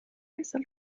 heißer